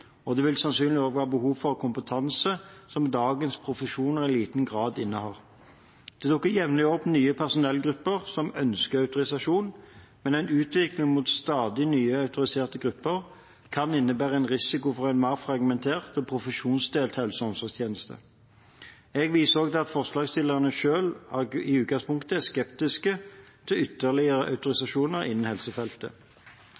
og det vil sannsynligvis også være behov for kompetanse som dagens profesjoner i liten grad innehar. Det dukker jevnlig opp nye personellgrupper som ønsker autorisasjon, men en utvikling mot stadig nye autoriserte grupper kan innebære risiko for en mer fragmentert og profesjonsdelt helse- og omsorgstjeneste. Jeg viser også til at forslagsstillerne selv i utgangspunktet er skeptiske til ytterligere autorisasjoner innen helsefeltet